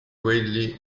quelli